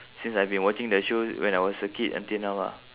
since I've been watching the show when I was a kid until now lah